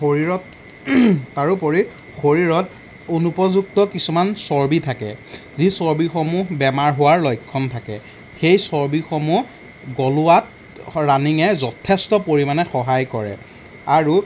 শৰীৰত তাৰোপৰি শৰীৰত অনুপযুক্ত কিছুমান চৰ্বি থাকে যি চৰ্বিসমূহ বেমাৰ হোৱাৰ লক্ষণ থাকে সেই চৰ্বিসমূহ গলোৱাত ৰানিঙে যথেষ্ট পৰিমাণে সহায় কৰে আৰু